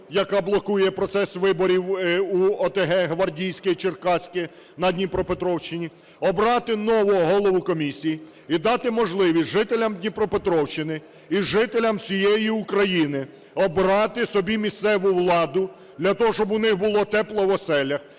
яка блокує процес виборів у ОТГ (Гвардійське і Черкаське) на Дніпропетровщині; обрати нового голову комісії і дати можливість жителям Дніпропетровщини і жителям всієї України обрати собі місцеву владу для того, щоб у них було тепло в оселях,